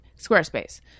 Squarespace